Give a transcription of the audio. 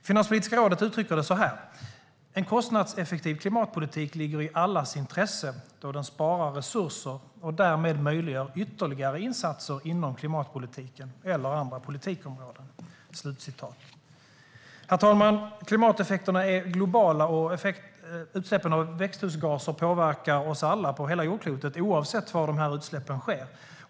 Finanspolitiska rådet utrycker det så här: "En kostnadseffektiv klimatpolitik ligger i allas intresse då den sparar resurser och därmed möjliggör ytterligare insatser inom klimatpolitiken eller andra politikområden." Herr talman! Klimateffekterna är globala, och utsläppen av växthusgaser påverkar oss alla på hela jordklotet, oavsett var utsläppen sker.